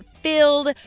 filled